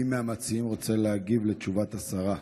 מי מהמציעים רוצה להגיב לתשובת השרה?